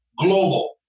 global